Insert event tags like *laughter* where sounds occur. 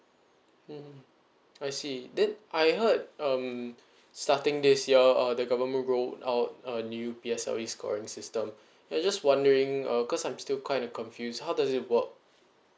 mmhmm I see then I heard um *breath* starting this year uh the government ruled out a new P_S_L_E scoring system *breath* I just wondering uh cause I'm still quite confused how does it work